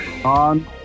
on